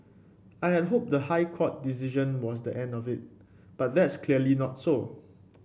I had hoped the High Court decision was the end of it but that's clearly not so